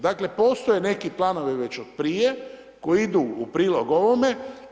Dakle postoje neki planovi već od prije, koji idu u prilog ovome.